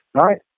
right